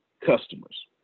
customers